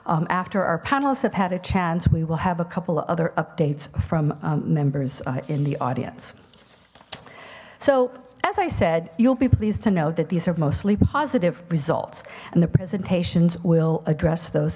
rights after our panelists have had a chance we will have a couple of other updates from members in the audience so as i said you'll be pleased to know that these are mostly positive results and the presentations will address those